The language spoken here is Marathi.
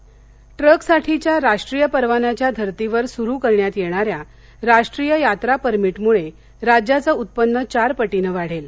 परिवहन नवी मुंबई ट्रकसाठीच्या राष्ट्रीय परवान्याच्या धर्तीवर सुरू करण्यात येणार्याय राष्ट्रीय यात्रा परमिटमुळे राज्याचंउत्पन्न चार पटीने वाढेल